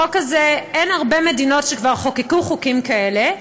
החוק הזה, אין הרבה מדינות שכבר חוקקו חוקים כאלה.